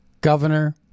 governor